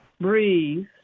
breathe